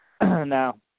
Now